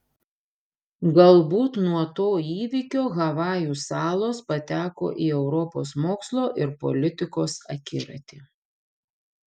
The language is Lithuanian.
galbūt nuo to įvykio havajų salos pateko į europos mokslo ir politikos akiratį